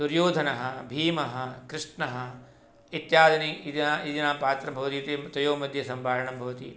दुर्योधनः भीमः कृष्णः इत्यादीनि पात्राणि भवन्ति इति तयोः मध्ये सम्भाषणं भवति